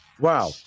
Wow